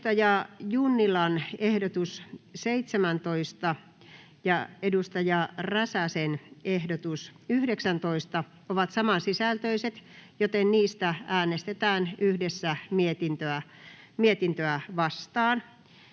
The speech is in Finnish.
Vilhelm Junnilan ehdotus 17 ja Päivi Räsäsen ehdotus 19 ovat saman sisältöiset, joten niistä äänestetään yhdessä mietintöä vastaan.